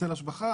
היטל השבחה,